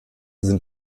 sind